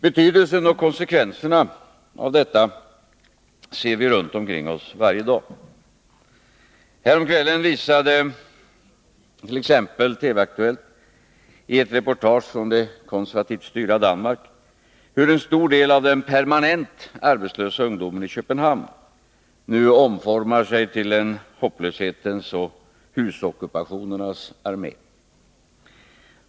Betydelsen och konsekvenserna av detta ser vi runt omkring oss varje dag. Häromkvällen visade t.ex. TV-Aktuellt i ett reportage från det konservativt styrda Danmark hur en stor del av den permanent arbetslösa ungdomen i Köpenhamn nu omformar sig till en hopplöshetens och husockupationernas armé.